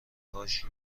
هاش